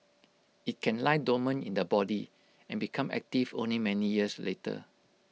IT can lie dormant in the body and become active only many years later